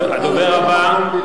הדובר הבא,